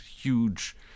huge